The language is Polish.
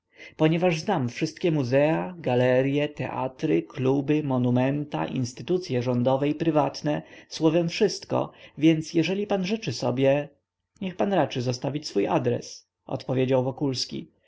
ponieważ znam wszystkie muzea galerye teatry kluby monumenta instytucye rządowe i prywatne słowem wszystko więc jeżeli pan życzy sobie niech pan raczy zostawić swój adres odpowiedział wokulski